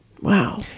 Wow